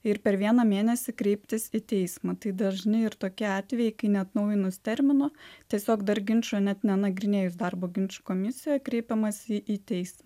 ir per vieną mėnesį kreiptis į teismą tai dažnai tokie atvejai kai neatnaujinus termino tiesiog dar ginčo net nenagrinėjus darbo ginčų komisijoj kreipiamasi į teis